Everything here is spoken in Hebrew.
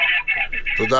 ד"א